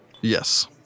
Yes